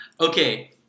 Okay